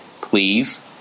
please